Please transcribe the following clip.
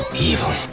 Evil